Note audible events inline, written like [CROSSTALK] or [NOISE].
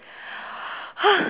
[NOISE]